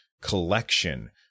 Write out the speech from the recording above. Collection